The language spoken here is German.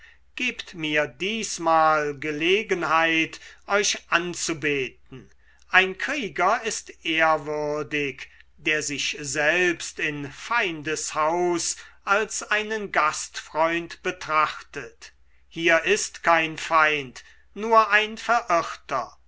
gebt mir diesmal gelegenheit euch anzubeten ein krieger ist ehrwürdig der sich selbst in feindes haus als einen gastfreund betrachtet hier ist kein feind nur ein verirrter